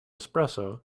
espresso